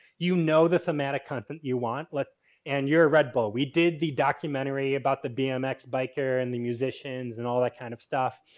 you know the thematic content you want like and your red bow. we did the documentary about the bmx biker and the musicians, and all that kind of stuff.